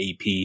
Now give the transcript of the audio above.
AP